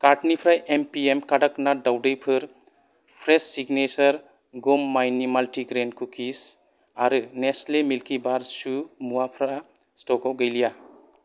कार्टनिफ्राय एमपिएम काडागनाथ दाउदैफोर फ्रेश' सिगनेसार गम माइनि माल्टिग्रेन कुकिस आरो नेस्लि मिल्किबार चु मुवाफोरा स्टकआव गैलिया